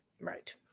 Right